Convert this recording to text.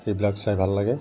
সেইবিলাক চাই ভাল লাগে